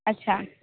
अच्छा